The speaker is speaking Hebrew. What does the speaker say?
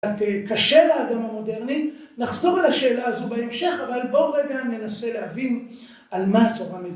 תי. קשה לאדם המודרנית, נחזור לשאלה הזו בהמשך, אבל בואו רגע ננסה להבין על מה התורה מ